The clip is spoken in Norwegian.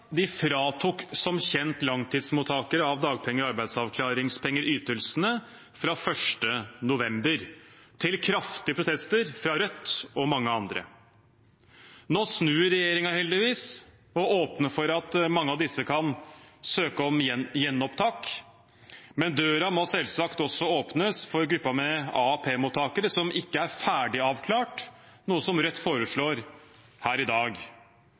fratok som kjent langtidsmottakere av dagpenger og arbeidsavklaringspenger ytelsene fra 1. november, til kraftige protester fra Rødt og mange andre. Nå snur regjeringen heldigvis og åpner for at mange av disse kan søke om gjenopptak, men døren må selvsagt også åpnes for gruppen av AAP-mottakere som ikke er ferdig avklart, noe Rødt foreslår her i dag.